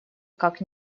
как